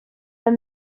are